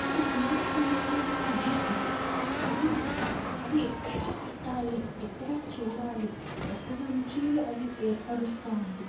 ఈ మూఢనమ్మకాలు అనేది అది అది ఎక్కడ పెట్టాలి ఎక్కడ చూడాలి ఎక్కడనుంచి అది ఏర్పరుస్తుంది